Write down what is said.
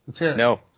No